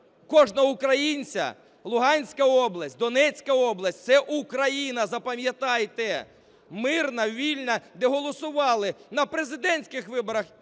кожного українця? Луганська область, Донецька область – це Україна, запам'ятайте. Мирна, вільна, де голосували на президентський виборах